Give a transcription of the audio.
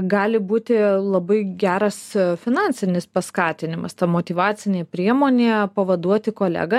gali būti labai geras finansinis paskatinimas ta motyvacinė priemonė pavaduoti kolegą